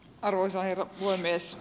arvoisa herra puhemies